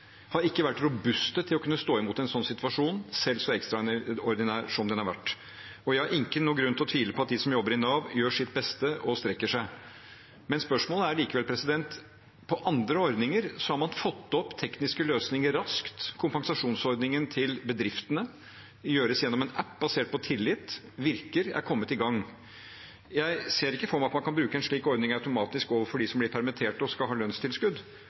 har ikke vært robuste nok til å kunne stå imot en sånn situasjon, selv så ekstraordinær som den har vært. Jeg har ikke noen grunn til å tvile på at de som jobber i Nav, gjør sitt beste og strekker seg, men spørsmålet er likevel: For andre ordninger har man fått opp tekniske løsninger raskt. Kompensasjonsordningen til bedriftene gjøres gjennom en app basert på tillit. Det virker, det er kommet i gang. Jeg ser ikke for meg at man kan bruke en slik ordning automatisk overfor dem som blir permittert og skal ha lønnstilskudd,